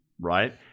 right